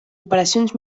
operacions